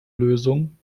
lösung